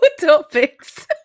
topics